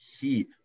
Heat